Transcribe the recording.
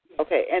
Okay